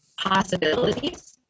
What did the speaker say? possibilities